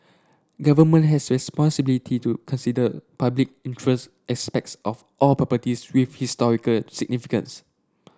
government has responsibility to consider public interest aspects of all properties with historical significance